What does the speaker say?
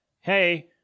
hey